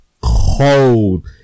cold